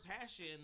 passion